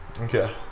Okay